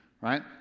right